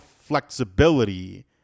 flexibility